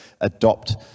adopt